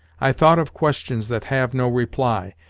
i thought of questions that have no reply,